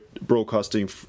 broadcasting